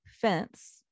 fence